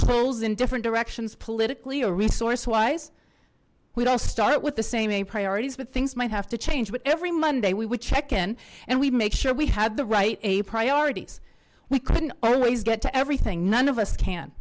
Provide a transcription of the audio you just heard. pulls in different directions politically a resource wise we don't start with the same priorities but things might have to change with every monday we would check in and we make sure we have the right priorities we couldn't always get to everything none of us can